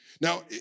Now